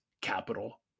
Capital